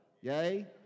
Yay